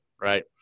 right